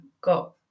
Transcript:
got